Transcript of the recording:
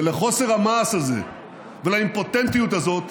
ולחוסר המעש הזה ולאימפוטנטיות הזאת